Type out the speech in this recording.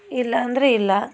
ಇಲ್ಲ ಅಂದರೆ ಇಲ್ಲ